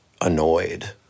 annoyed